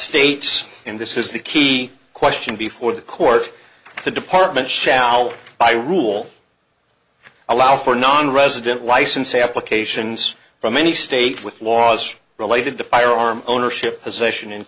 tates and this is the key question before the court the department shall i rule allow for nonresident license applications from any state with laws related to firearm ownership position and